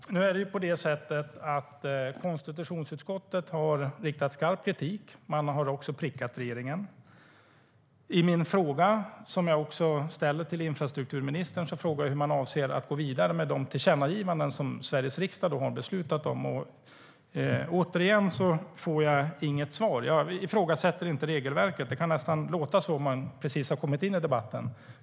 Herr talman! Nu är det på det sättet att konstitutionsutskottet har riktat skarp kritik. Man har också prickat regeringen. I min fråga som jag också ställer till infrastrukturministern undrar jag hur man avser att gå vidare med de tillkännagivanden som Sveriges riksdag har beslutat om. Återigen får jag inget svar. Jag ifrågasätter inte regelverket - det kan nästan låta så om man precis har kommit in i debatten.